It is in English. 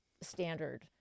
standard